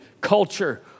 culture